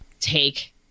take